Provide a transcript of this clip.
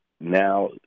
now